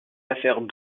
affaires